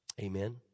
Amen